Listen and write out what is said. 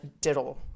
diddle